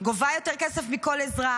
גובה יותר כסף מכל אזרח.